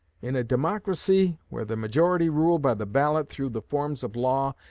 in a democracy, where the majority rule by the ballot through the forms of law,